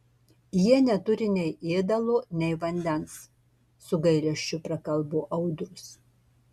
jie neturi nei ėdalo nei vandens su gailesčiu prakalbo audrius